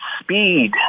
speed